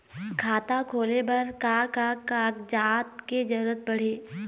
खाता खोले बर का का कागजात के जरूरत पड़ही?